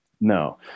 No